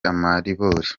amaribori